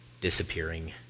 disappearing